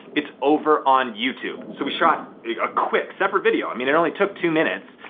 it's over on youtube. so we shot a quick separate video, i mean it only took two minutes,